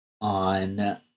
on